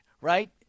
Right